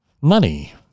money